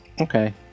Okay